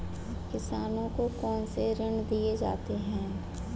किसानों को कौन से ऋण दिए जाते हैं?